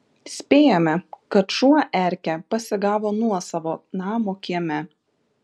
spėjame kad šuo erkę pasigavo nuosavo namo kieme